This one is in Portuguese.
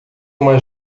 uma